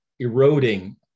eroding